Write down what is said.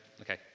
Okay